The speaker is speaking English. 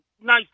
nice